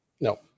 No